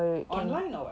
online or what